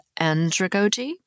andragogy